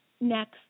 next